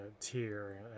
tier